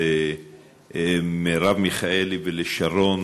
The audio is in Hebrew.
למרב מיכאלי ולשרן